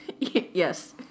yes